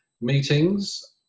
meetings